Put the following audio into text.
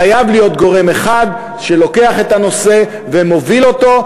חייב להיות גורם אחד שלוקח את הנושא ומוביל אותו,